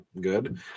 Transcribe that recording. good